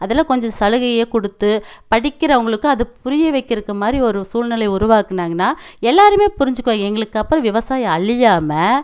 அதில் கொஞ்சம் சலுகையை கொடுத்து படிக்கிறவுங்களுக்கு அதை புரிய வெக்கறதுக்கு மாதிரி ஒரு சூல்நிலையை உருவாக்கினாங்கன்னா எல்லோருமே புரிஞ்சுக்குவாங்க எங்களுக்கப்புறம் விவசாயம் அழியாமல்